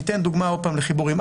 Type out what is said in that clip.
אני אתן דוגמה לחיבורים.